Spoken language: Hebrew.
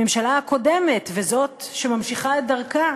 הממשלה הקודמת וזאת שממשיכה את דרכה,